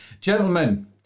gentlemen